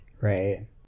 Right